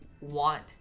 want